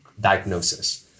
diagnosis